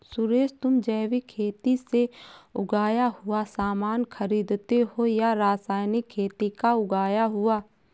सुरेश, तुम जैविक खेती से उगाया हुआ सामान खरीदते हो या रासायनिक खेती का उगाया हुआ?